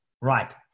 Right